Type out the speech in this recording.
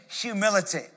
humility